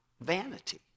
vanity